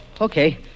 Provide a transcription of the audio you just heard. Okay